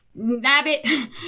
nabbit